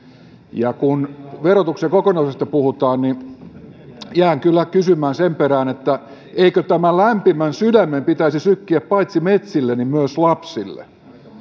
ja kun verotuksen kokonaisuudesta puhutaan niin jään kyllä kysymään sen perään eikö tämän lämpimän sydämen pitäisi sykkiä paitsi metsille myös lapsille